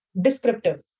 descriptive